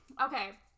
Okay